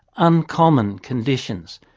uncommon conditions.